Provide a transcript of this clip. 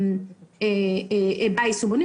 ביישומונים.